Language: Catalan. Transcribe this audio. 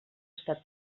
estat